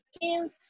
teams